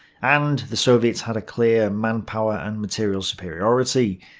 and the soviets had a clear manpower and material superiority.